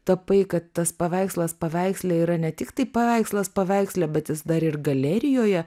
tapai kad tas paveikslas paveiksle yra ne tiktai paveikslas paveiksle bet jis dar ir galerijoje